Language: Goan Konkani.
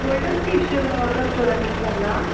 गोल्डन फिश रेस्टोरंटान लागला